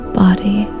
body